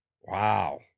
Wow